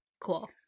Cool